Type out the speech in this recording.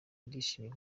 ndishimye